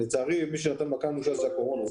מי שנתן מכה אנושה זה וירוס הקורונה,